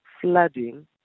flooding